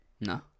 No